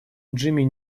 джимми